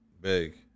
Big